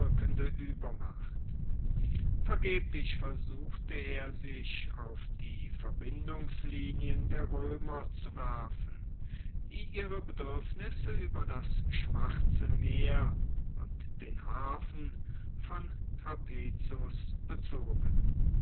übermacht vergeblich versuchte er sich auf die verbindungslinien der römer zu werfen die ihre bedürfnisse über das schwarze meer und den hafen von trapezus bezogen